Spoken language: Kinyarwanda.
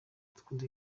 iradukunda